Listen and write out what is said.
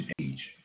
age